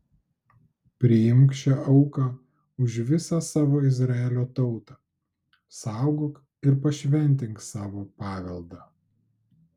priimk šią auką už visą savo izraelio tautą saugok ir pašventink savo paveldą